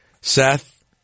Seth